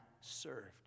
served